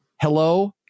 hello